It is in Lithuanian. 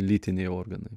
lytiniai organai